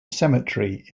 cemetery